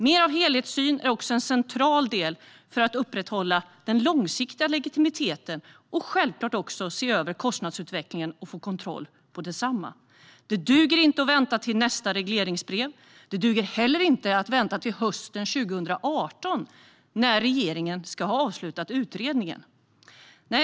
Mer helhetssyn är också något centralt för att upprätthålla den långsiktiga legitimiteten. Självklart gäller det också att se över och få kontroll på kostnadsutvecklingen. Det duger inte att vänta till nästa regleringsbrev. Det duger heller inte att vänta till hösten 2018, då regeringen ska ha avslutat utredningen.